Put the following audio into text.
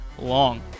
long